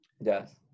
yes